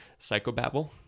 psychobabble